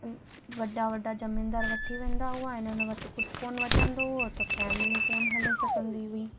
वॾा वॾा ज़मीनदार वठी वेंदा हुआ हिननि वटि कुझु कोन बचंदो हुओ त फैमिली कोन हले सघंदी हुई